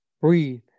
breathe